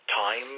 time